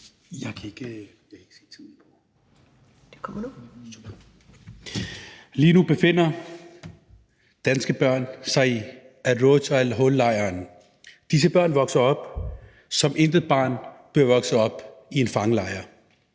Lige nu befinder danske børn sig i al-Roj- og al-Hol-lejrene. Disse børn vokser op, som intet barn bør vokse op, nemlig i en fangelejr.